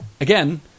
again